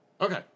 Okay